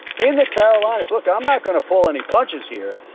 in the carolinas look, i'm not going to pull any punches here.